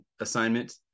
assignment